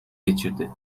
geçirdi